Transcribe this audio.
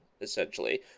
essentially